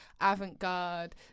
avant-garde